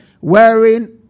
wearing